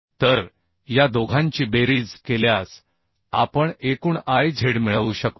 तर या दोघांची बेरीज केल्यास आपण एकूण Iz मिळवू शकतो